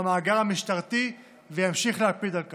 במאגר המשטרתי, וימשיך להקפיד על כך.